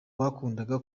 bakundaga